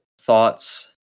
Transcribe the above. thoughts